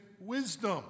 wisdom